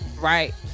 right